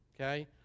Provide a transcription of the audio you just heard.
okay